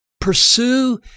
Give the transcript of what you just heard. pursue